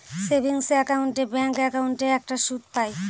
savings account এ bank একাউন্টে একটা সুদ পাই